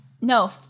No